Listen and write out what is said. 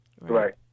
Right